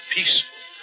Peaceful